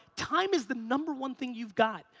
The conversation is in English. time is the number one thing you've got.